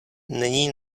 není